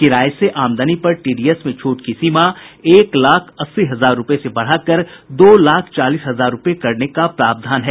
किराये से आमदनी पर टीडीएस में छूट की सीमा एक लाख अस्सी हजार रूपये से बढ़ाकर दो लाख चालीस हजार रूपये करने का प्रावधान है